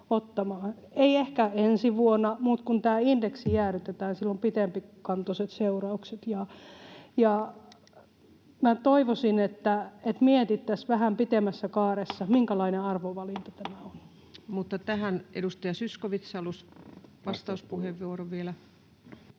ei ehkä ensi vuonna, mutta kun tämä indeksi jäädytetään, sillä on pitempikantoiset seuraukset. Toivoisin, että mietittäisiin vähän pitemmässä kaaressa, minkälainen arvovalinta tämä on. Tähän edustaja Zyskowicz halusi vielä vastauspuheenvuoron.